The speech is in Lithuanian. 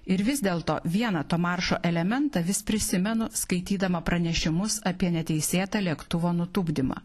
ir vis dėlto vieną to maršo elementą vis prisimenu skaitydama pranešimus apie neteisėtą lėktuvo nutupdymą